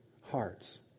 hearts